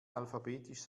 alphabetisch